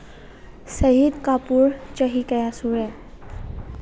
ꯁꯍꯤꯠ ꯀꯥꯄꯨꯔ ꯆꯍꯤ ꯀꯌꯥ ꯁꯨꯔꯦ